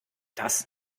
das